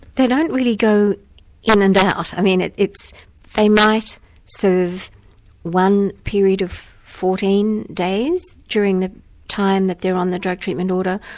they don't really go in and out. i mean they might serve one period of fourteen days during the time that they're on the drug treatment order,